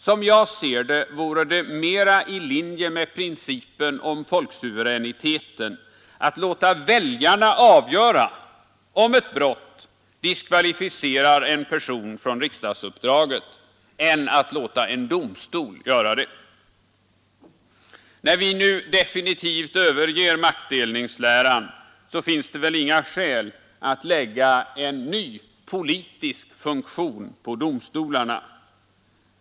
Som jag ser det vore det mera i linje med principen om folksuveräniteten att låta väljarna avgöra om ett brott diskvalificerar en person från riksdagsuppdraget än att låta en domstol avgöra det. När vi nu definitivt överger maktdelningsläran, så finns det väl inga skäl att lägga en ny ”politisk” funktion på domstolarna.